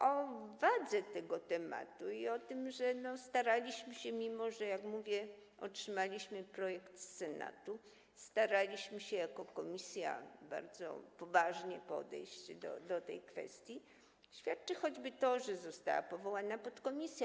O wadze tego tematu i o tym, że staraliśmy się - mimo że, jak mówię, otrzymaliśmy projekt z Senatu - jako komisja bardzo poważnie podejść do tej kwestii, świadczy choćby to, że została powołana podkomisja.